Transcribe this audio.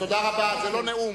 תודה רבה, זה לא נאום.